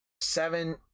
seven